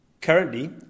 Currently